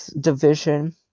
Division